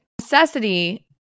Necessity